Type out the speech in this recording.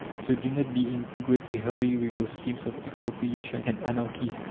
so do not be in to great a hurry with your schemes of expropriation and anarchy,